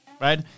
right